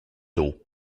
dos